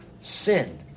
sin